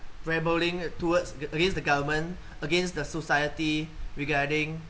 rebelling towards against the government against the society regarding